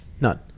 None